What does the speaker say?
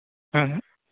हुँ हुँ